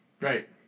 Right